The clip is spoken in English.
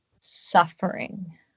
suffering